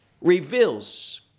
reveals